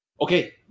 Okay